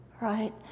right